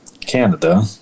Canada